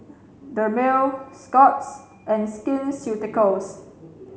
Dermale Scott's and Skin Ceuticals